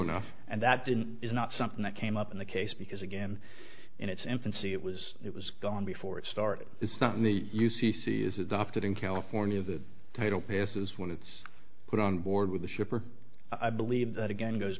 enough and that didn't is not something that came up in the case because again in its infancy it was it was gone before it started it's not in the u c c is adopted in california the title passes when it's put on board with the shipper i believe that again goes